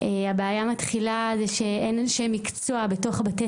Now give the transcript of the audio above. הבעיה מתחילה בזה שאין אנשי מקצוע בתוך בתי